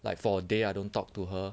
like for day I don't talk to her